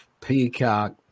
Peacock